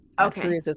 okay